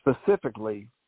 specifically